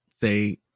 say